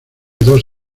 dos